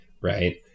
right